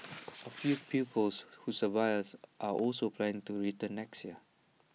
A few pupils who survived are also planning to return next year